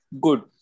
good